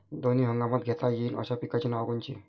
दोनी हंगामात घेता येईन अशा पिकाइची नावं कोनची?